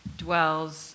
Dwells